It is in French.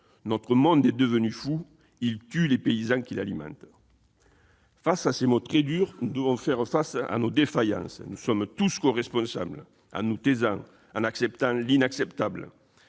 Notre monde est devenu fou ; il tue les paysans qui l'alimentent. » Ces mots très durs nous confrontent à nos défaillances. Nous nous rendons tous coresponsables, en nous taisant, en acceptant l'inacceptable,